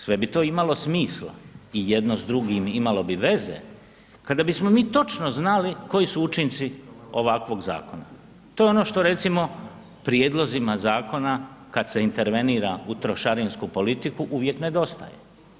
Sve bi to imalo smisla i jedno s drugim imalo bi veze kada bismo mi točno znali koji su učinci ovakvog zakona, to je ono što recimo prijedlozima zakona kada se intervenira u trošarinsku politiku uvijek nedostaje.